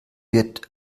wird